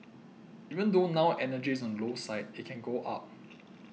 even though now energy is on the low side it can go up